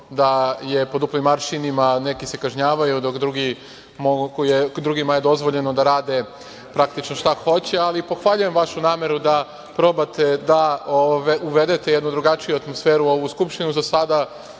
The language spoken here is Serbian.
da je po duplim aršinima. Neki se kažnjavaju, dok drugima je dozvoljeno da rade praktično šta hoće, ali pohvaljujem vašu nameru da probate da uvedete jednu drugačiju atmosferu u ovu Skupštinu. Za sada